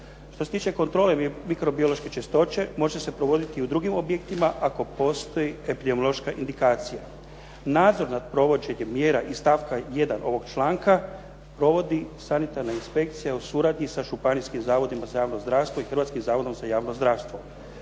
Što se tiče kontrole mikrobiološke čistoće može se provoditi i u drugim objektima ako postoji epidemiološka indikacija. Nadzor nad provođenjem mjera iz stavka 1. ovoga članka provodi sanitarna inspekcija u suradnji sa županijskim zavodima za javno zdravstvo i Hrvatskim zavodom za javno zdravstvo.